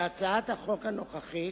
בהצעת החוק הנוכחית